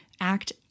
act